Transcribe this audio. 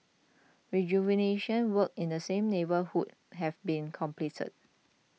rejuvenation works in the same neighbourhood have been completed